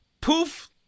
Poof